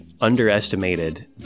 underestimated